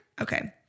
okay